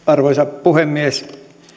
arvoisa puhemies